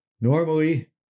Normally